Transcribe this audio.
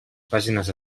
pàgines